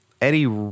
Eddie